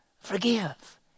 Forgive